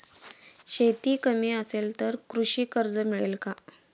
शेती कमी असेल तर कृषी कर्ज मिळेल का?